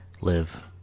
live